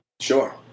Sure